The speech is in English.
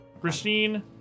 Christine